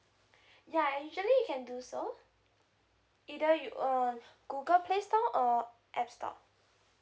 yeah usually you can do so either you err google play store or app store